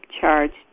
charged